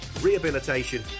rehabilitation